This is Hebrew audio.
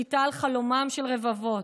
שליטה על חלומם של רבבות,